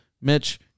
Mitch